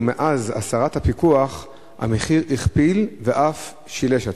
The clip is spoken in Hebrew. ומאז הסרת הפיקוח המחיר הכפיל ואף שילש עצמו.